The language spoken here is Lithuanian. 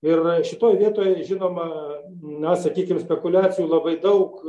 ir šitoj vietoj žinoma na sakykim spekuliacijų labai daug